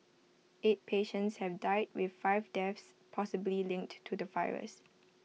eight patients have died with five deaths possibly linked to the virus